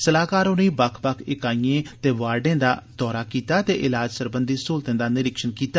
सलाहकार होरें बक्ख बक्ख इकाइयें ते वार्डे दा जायज़ा लैता ते इलाज सरबंधी स्हूलतें दा बी निरीक्षण कीता